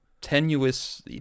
tenuous